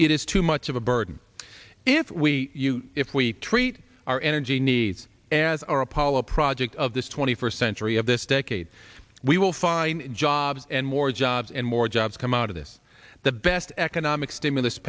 it is too much of a burden if we if we treat our energy needs as our apollo project of this twenty first century of this decade we will find jobs and more jobs and more jobs come out of this the best economic stimulus